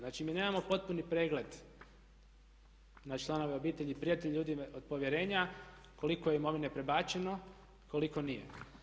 Znači, mi nemamo potpuni pregled na članove obitelji i prijatelje, ljude od povjerenja koliko je imovine prebačeno, koliko nije.